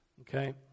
Okay